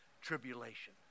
tribulation